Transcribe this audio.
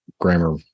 grammar